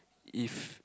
if